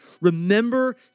Remember